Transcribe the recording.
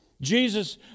Jesus